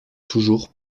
toujours